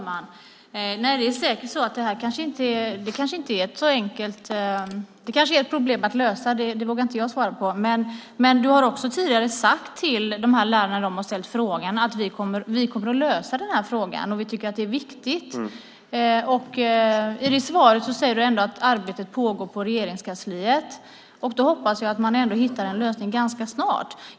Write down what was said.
Herr talman! Det är kanske ett problem att lösa detta. Det vågar jag inte svara på. Men du har tidigare sagt till de här lärarna att ni kommer att lösa detta och att ni tycker att det är viktigt. I ditt svar säger du att arbete pågår på Regeringskansliet. Då hoppas jag att man ändå hittar en lösning ganska snart.